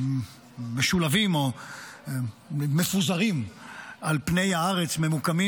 שמשולבים או מפוזרים על פני הארץ, ממוקמים